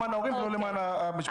למען ההורים ולא למען המשפחות.